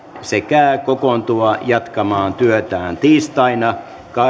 sekä kokoontua jatkamaan työtään tiistaina